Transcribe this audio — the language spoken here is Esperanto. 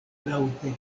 laŭte